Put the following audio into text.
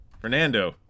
Fernando